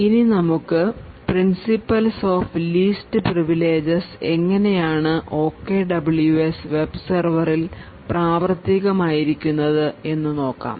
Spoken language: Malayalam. ഇനി നമുക്ക് പ്രിൻസിപ്പൽസ് ഓഫ് ലീസ്റ്റ് പ്രിവിലേജസ് എങ്ങനെയാണ് OKWS വെബ് സെർവറിൽ പ്രാവർത്തികം ആയിരിക്കുന്നത് എന്ന് നോക്കാം